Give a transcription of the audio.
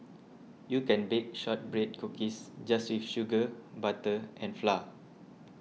you can bake Shortbread Cookies just with sugar butter and flour